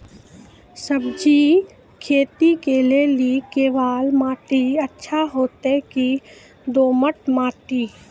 सब्जी खेती के लेली केवाल माटी अच्छा होते की दोमट माटी?